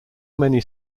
many